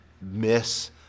miss